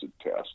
Test